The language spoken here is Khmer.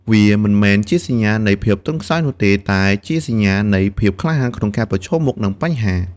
វាមិនមែនជាសញ្ញានៃភាពទន់ខ្សោយនោះទេ តែជាសញ្ញានៃ ភាពក្លាហាន ក្នុងការប្រឈមមុខនឹងបញ្ហា។